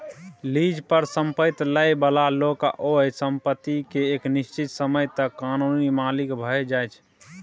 lease पर संपैत लइ बला लोक ओइ संपत्ति केँ एक निश्चित समय तक कानूनी मालिक भए जाइ छै